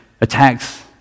attacks